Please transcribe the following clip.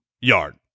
yard